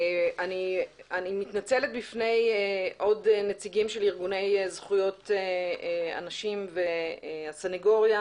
אני מתנצלת בפני עוד נציגים של ארגוני זכויות אנשים והסנגוריה,